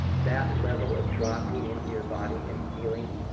that level of dropping into your body and feeling,